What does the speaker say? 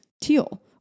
teal